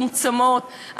מצומצמות.